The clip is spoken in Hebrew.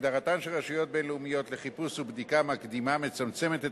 הגדרתן של רשויות בין-לאומיות לחיפוש ובדיקה מקדימה מצמצמת את